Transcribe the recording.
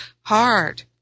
hard